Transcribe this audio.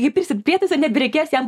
kai pirksit prietaisą nebereikės jam